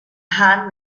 han